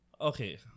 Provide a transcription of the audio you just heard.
Okay